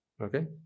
Okay